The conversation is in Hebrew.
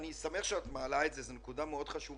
אני שמח שאת מעלה את זה, זו נקודה מאוד חשובה.